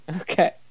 Okay